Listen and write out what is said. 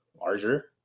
larger